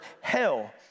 hell